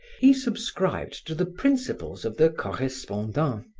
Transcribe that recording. he subscribed to the principles of the correspondant,